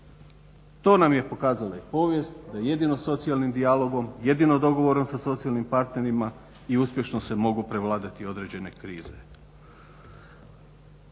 To nam je pokazala i povijest da jedino socijalnim dijalogom, jedino dogovorom sa socijalnim partnerima i uspješno se mogu prevladati određene krize.